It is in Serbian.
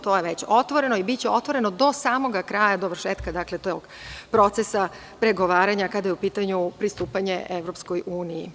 To je već otvoreno i biće otvoreno do samog kraja, odnosno dovršetka tog procesa pregovaranja kada je u pitanju pristupanje EU.